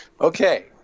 Okay